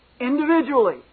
individually